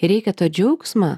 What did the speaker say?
reikia to džiaugsmą